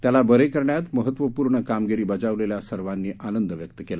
त्याला बरे करण्यात महत्वपूर्ण कामगिरी बजावलेल्या सर्वांनी आनंद व्यक्त केला